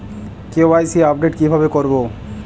KYC update কিভাবে করবো?